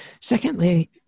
Secondly